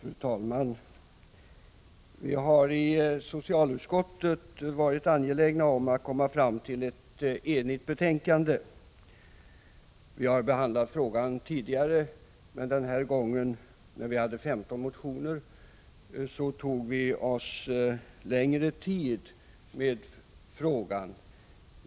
Fru talman! Vi har i socialutskottet varit angelägna om att komma fram till ett enhälligt betänkande. Utskottet har behandlat frågan tidigare, men den här gången, när vi hade att ta ställning till 15 motioner, tog vi oss längre tid för behandlingen av frågan.